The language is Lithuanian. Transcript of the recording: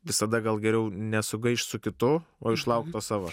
visada gal geriau nesugaišt su kitu o išlaukt to savo